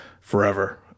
forever